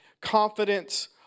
confidence